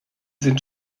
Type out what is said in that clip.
sind